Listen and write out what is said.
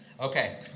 Okay